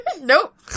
Nope